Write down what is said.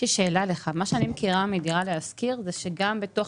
מה שאני מכירה מדירה להשכיר זה שגם בתוך